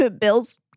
Bill's